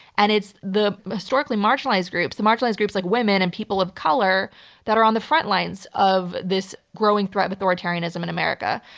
and it's the historically marginalized groups, marginalized groups like women and people of color that are on the front lines of this growing threat of authoritarianism in america.